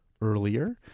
earlier